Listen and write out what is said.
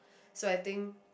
so I think